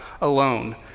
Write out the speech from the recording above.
alone